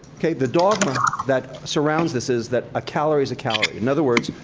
the dogma that surrounds this is that a calorie is a calorie. in other words,